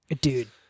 dude